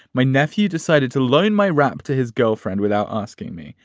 my nephew decided to loan my wrap to his girlfriend without asking me.